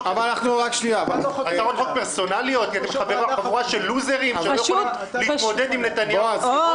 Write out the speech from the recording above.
הצעות חוק פרסונליות של חבורה לוזרים שלא יכולים להתמודד עם נתניהו.